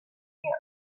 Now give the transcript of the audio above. end